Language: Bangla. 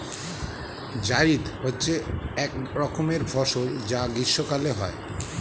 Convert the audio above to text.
জায়িদ হচ্ছে এক রকমের ফসল যা গ্রীষ্মকালে হয়